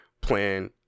plan